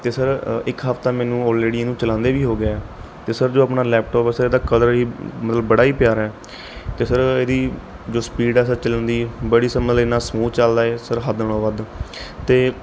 ਅਤੇ ਸਰ ਇੱਕ ਹਫ਼ਤਾ ਮੈਨੂੰ ਔਲਰੇਡੀ ਇਹਨੂੰ ਚਲਾਉਂਦੇ ਵੀ ਹੋ ਗਿਆ ਹੈ ਅਤੇ ਸਰ ਜੋ ਆਪਣਾ ਜੋ ਲੈਪਟੋਪ ਹੈ ਸਰ ਇਹਦਾ ਕਲਰ ਹੀ ਮਤਲਬ ਬੜਾ ਹੀ ਪਿਆਰਾ ਏ ਅਤੇ ਸਰ ਇਹਦੀ ਜੋ ਸਪੀਡ ਹੈ ਸਰ ਚੱਲਣ ਦੀ ਬੜੀ ਇੰਨਾ ਸਮੂਦ ਚੱਲਦਾ ਹੈ ਸਰ ਹੱਦ ਨਾਲੋਂ ਵੱਧ ਅਤੇ